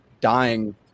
dying